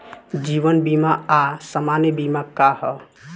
जीवन बीमा आ सामान्य बीमा का ह?